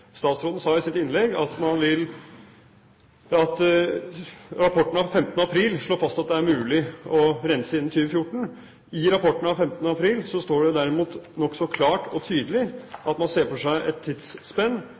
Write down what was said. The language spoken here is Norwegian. Statsråden sa i sitt innlegg at rapporten av 15. april slår fast at det er mulig å rense innen 2014. I rapporten av 15. april står det derimot nokså klart og